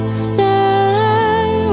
stay